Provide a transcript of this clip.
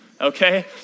okay